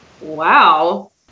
wow